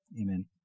Amen